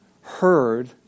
heard